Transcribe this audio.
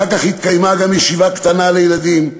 אחר כך התקיימה גם ישיבה קטנה לילדים.